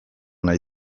nahi